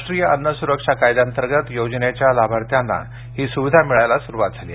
राष्ट्रीय अन्न सुरक्षा कायद्या अंतर्गत योजनेच्या लाभयार्थ्याना ही सुविधा मिळायला सुरुवात झाली आहे